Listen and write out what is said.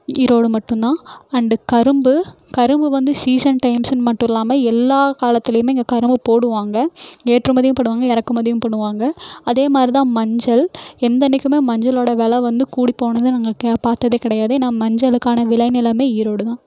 ஈரோடு மட்டும்தான் அண்ட் கரும்பு கரும்பு வந்து சீசன் டயம்ஸ் மட்டும் இல்லாமல் எல்லா காலத்திலேயுமே இங்கே கரும்பு போடுவாங்க ஏற்றுமதியும் பண்ணுவாங்க இறக்குமதியும் பண்ணுவாங்க அதே மாதிரிதான் மஞ்சள் எந்த அன்னிக்குமே மஞ்சளோட விலை வந்து கூடிப்போனதை நாங்கள் கே பார்த்ததே கிடையாது ஏன்னால் மஞ்சளுக்கான விளைநிலமே ஈரோடுதான்